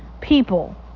people